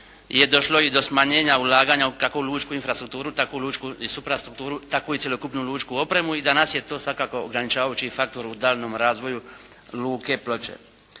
je došlo i do smanjenja ulaganja u kako lučku infrastrukturu tako u lučku i suprastrukturu tako i u cjelokupnu lučku opremu. I danas je to svakako ograničavajući faktor u daljnjem razvoju Luke Ploče.